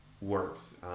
works